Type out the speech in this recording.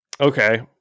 Okay